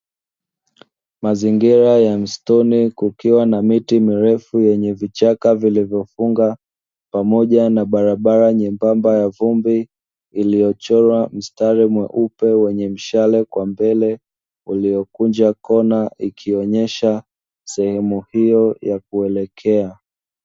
Mazingira ya msituni kukiwa na miti mirefu yenye vichaka vilivyofunga, pamoja na barabara nyembamba ya vumbi iliyochorwa mstari mweupe yenye mshale kwa mbele, iliyokunja kona ikionesha sehemu hiyo ya kuelekea.